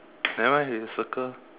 nevermind you just circle